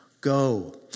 Go